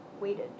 waited